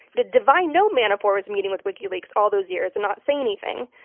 did devine know manafort was meeting with wikileaks all those years and not say anything?